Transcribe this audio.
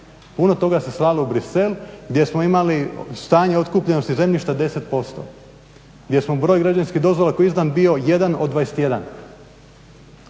Puno toga se slalo u Bruxelles gdje smo imali stanje otkupljenosti zemljišta 10%, gdje smo broj građevinskih dozvola koji je izdan bio 1 od 21.